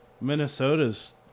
minnesota's